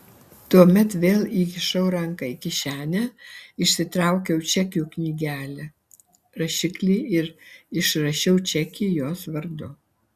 tuomet vėl įkišau ranką į kišenę išsitraukiau čekių knygelę rašiklį ir išrašiau čekį jos vardu